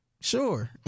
Sure